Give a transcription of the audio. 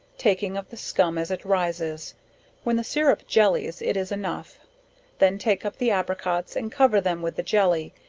taking of the scum as it rises when the sirrup jellies, it is enough then take up the apricots, and cover them with the jelly,